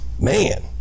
Man